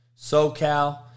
SoCal